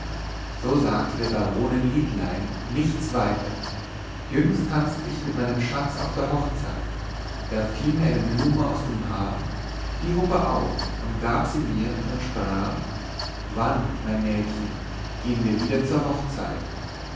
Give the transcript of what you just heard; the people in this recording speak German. so sagte der baronin liedlein nichts weiter jüngst tanzt ich mit meinem schatz auf der hochzeit da fiel mir eine blume aus dem haar die hob er auf und gab sie mir und sprach wann mein mädchen gehn wir wieder zur hochzeit